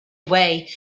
away